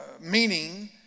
meaning